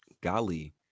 Golly